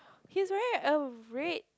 he's wearing a red